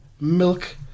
milk